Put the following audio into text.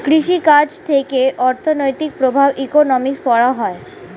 কৃষি কাজ থেকে অর্থনৈতিক প্রভাব ইকোনমিক্সে পড়া হয়